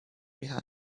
behind